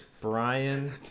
Brian